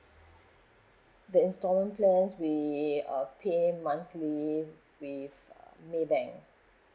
that's loan plan we uh pay monthly with Maybank